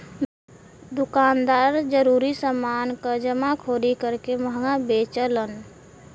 दुकानदार जरूरी समान क जमाखोरी करके महंगा बेचलन